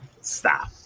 Stop